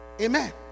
Amen